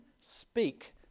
speak